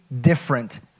different